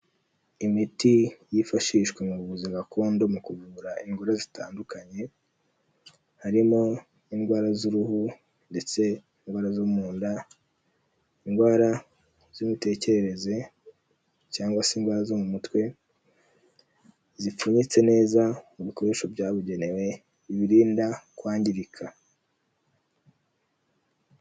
Imiti yifashishwa mu buvuzi gakondo mu kuvura indwara zitandukanye, harimo indwara z'uruhu ndetse n'indwara zo mu nda, indwara z'imitekerereze cyangwa se indwara zo mu mutwe, zipfunyitse neza mu bikoresho byabugenewe biyirinda kwangirika.